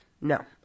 No